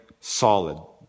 solid